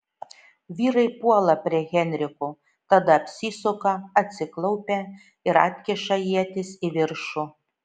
vyrai puola prie henriko tada apsisuka atsiklaupia ir atkiša ietis į viršų